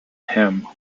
him